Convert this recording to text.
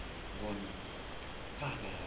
gon tah ve a,